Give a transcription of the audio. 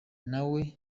nawe